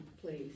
please